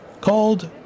called